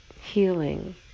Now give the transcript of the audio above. healing